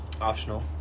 Optional